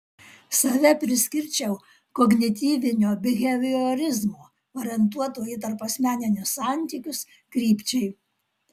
save priskirčiau kognityvinio biheviorizmo orientuoto į tarpasmeninius santykius krypčiai